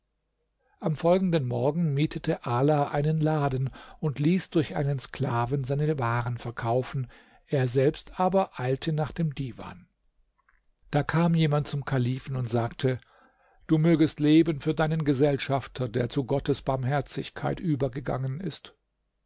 am folgenden morgen mietete ala einen laden und ließ durch einen sklaven seine waren verkaufen er selbst aber eilte nach dem divan da kam jemand zum kalifen und sagte du mögest leben für deinen gesellschafter der zu gottes barmherzigkeit übergegangen ist